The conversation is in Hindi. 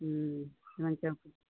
चमन चौक